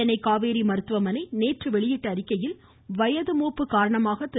சென்னை காவேரி மருத்துவமனை நேற்று வெளியிட்ட அறிக்கையில் வயது மூப்பு காரணமாக திரு